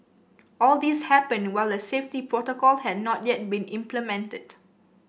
all this happened while the safety protocol had not yet been implemented